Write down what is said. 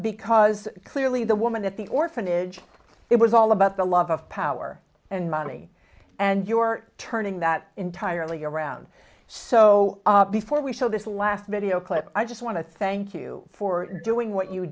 because clearly the woman at the orphanage it was all about the love of power and money and your turning that entirely around so before we show this last video clip i just want to thank you for doing what you